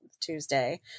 Tuesday